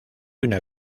una